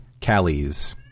callies